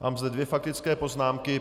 Mám zde dvě faktické poznámky.